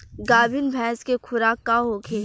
गाभिन भैंस के खुराक का होखे?